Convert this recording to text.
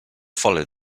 follow